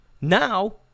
Now